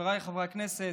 חבריי חברי הכנסת,